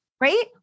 Right